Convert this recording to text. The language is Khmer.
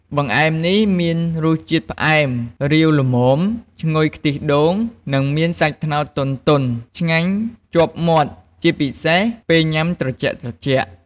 បង្អែមនេះមានរសជាតិផ្អែម រាវល្មម ឈ្ងុយខ្ទិះដូង និងមានសាច់ត្នោតទន់ៗ ឆ្ងាញ់ជាប់មាត់ ជាពិសេសពេលញ៉ាំត្រជាក់ៗ។